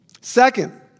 Second